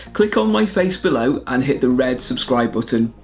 click on my face below, and hit the red subscribe button.